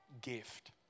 gift